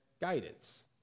guidance